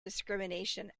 discrimination